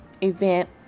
event